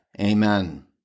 Amen